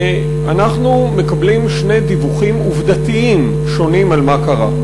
אנחנו מקבלים שני דיווחים עובדתיים שונים על מה קרה.